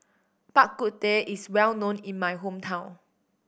Bak Kut Teh is well known in my hometown